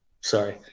Sorry